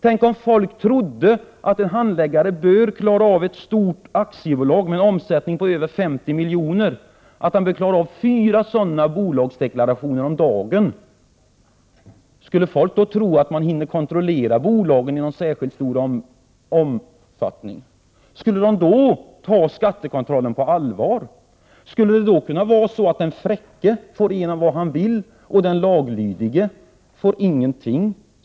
Tänk om folk trodde att en handläggare bör klara av att kontrollera motsvarande fyra stora aktiebolag om dagen med en omsättning på över 50 milj.kr. Skulle folket då tro att man kan kontrollera bolagen i någon särskilt stor omfattning? Skulle de då ta skattekontrollen på allvar? Skulle det då kunna vara så att den fräcke får igenom vad han vill och den laglydige får ingenting?